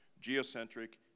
geocentric